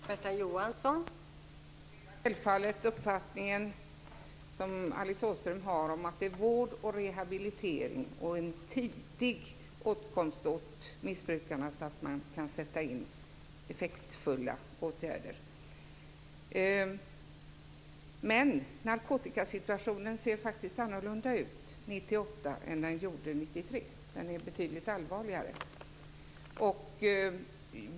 Fru talman! Jag delar självfallet Alice Åströms uppfattning att det är viktigt med vård och rehabilitering och en tidig åtkomst av missbrukarna så att man kan sätta in verkningsfulla åtgärder. Men narkotikasituationen ser faktiskt annorlunda ut år 1998 än vad den gjorde år 1993. Den är betydligt allvarligare.